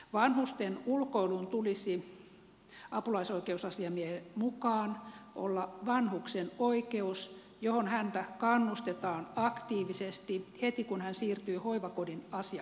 vanhusten ulkoilun tulisi apulaisoikeusasiamiehen mukaan olla vanhuksen oikeus johon häntä kannustetaan aktiivisesti heti kun hän siirtyy hoivakodin asiakkaaksi